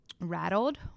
rattled